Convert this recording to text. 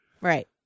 Right